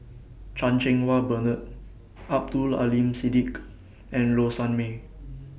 Chan Cheng Wah Bernard Abdul Aleem Siddique and Low Sanmay